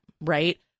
right